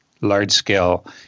large-scale